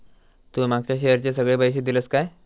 तू मागच्या शेअरचे सगळे पैशे दिलंस काय?